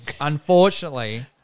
Unfortunately